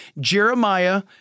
jeremiah